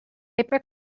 paper